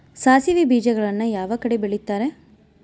ಸಾಸಿವೆ ಬೇಜಗಳನ್ನ ಯಾವ ಕಡೆ ಬೆಳಿತಾರೆ?